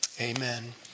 amen